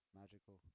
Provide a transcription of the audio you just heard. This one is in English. magical